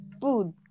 food